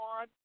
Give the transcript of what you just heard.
on